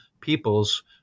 peoples